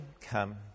come